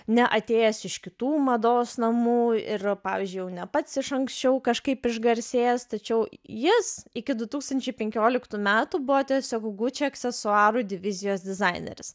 ne atėjęs iš kitų mados namų ir pavyzdžiui jau ne pats iš anksčiau kažkaip išgarsėjęs tačiau jis iki du tūkstančiai penkioliktų metų buvo tiesiog gucci aksesuarų divizijos dizaineris